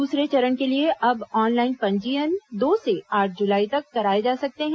दूसरे चरण के लिए अब ऑनलाइन पंजीयन दो से आठ जुलाई तक कराए जा सकते हैं